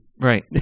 right